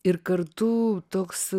ir kartu toks